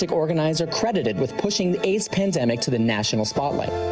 like credit and with pushing the aids pandemic to the national spotlight.